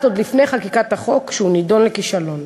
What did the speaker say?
עוד לפני חקיקת החוק שהוא נידון לכישלון.